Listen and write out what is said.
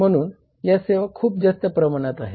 म्हणून या सेवा खूप जास्त प्रमाणात आहे